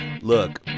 Look